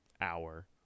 hour